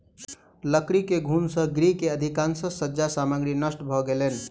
लकड़ी के घुन से गृह के अधिकाँश सज्जा सामग्री नष्ट भ गेलैन